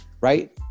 right